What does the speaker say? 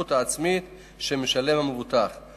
ההשתתפות העצמית שהמבוטח משלם.